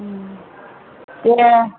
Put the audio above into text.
दे